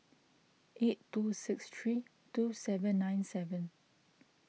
eight two six three two seven nine seven